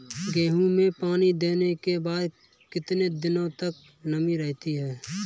गेहूँ में पानी देने के बाद कितने दिनो तक नमी रहती है?